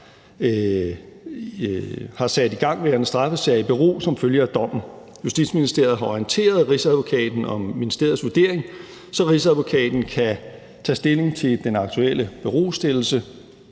har sat igangværende straffesager i bero som følge af dommen. Justitsministeriet har orienteret Rigsadvokaten om ministeriets vurdering, så Rigsadvokaten kan tage stilling til den aktuelle berostillelse.